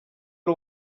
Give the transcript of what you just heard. ari